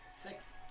Six